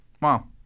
Wow